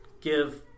give